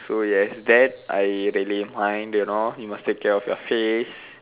so yes that I really mind you know you must take care of your face